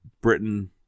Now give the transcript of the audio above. Britain